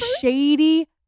shady